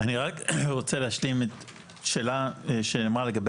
אני רק רוצה להשלים את שאלה שהיא אמרה לגבי